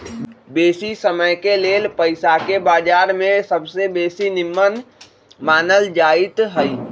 बेशी समयके लेल पइसाके बजार में सबसे बेशी निम्मन मानल जाइत हइ